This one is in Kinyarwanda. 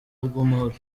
bw’amahoro